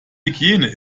hygiene